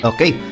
Okay